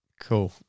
Cool